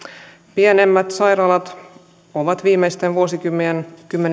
pienemmät sairaalat ovat viimeisten vuosikymmenien